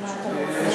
מה אתה מציע?